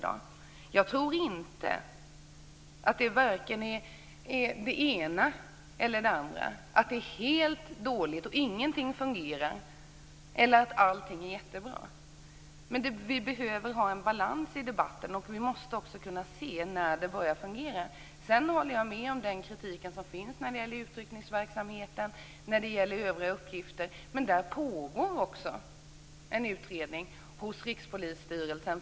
Jag tror inte att det är varken det ena eller andra, att det är helt dåligt och att ingenting fungerar eller att allting är jättebra. Men vi behöver en balans i debatten, och vi måste också kunna se när det börjar fungera. Sedan håller jag med om den kritik som finns när det gäller utrycknigsverksamheten, när det gäller övriga uppgifter. Men det pågår också en utredning hos Rikspolisstyrelsen.